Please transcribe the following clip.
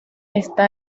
está